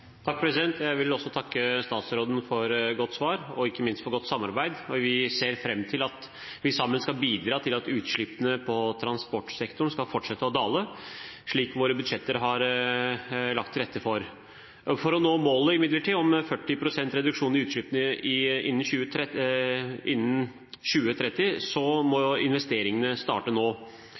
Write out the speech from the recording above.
Jeg vil takke statsråden for godt svar og ikke minst for godt samarbeid, og vi ser fram til at vi sammen skal bidra til at utslippene på transportsektoren skal fortsette å dale, slik våre budsjetter har lagt til rette for. For å nå målet, imidlertid, om 40 pst. reduksjon i utslippene innen 2030 må investeringene starte nå.